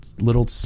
little